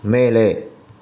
மேலே